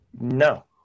no